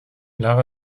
lara